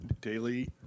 daily